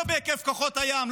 לא בהיקף כוחות הים,